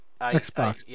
Xbox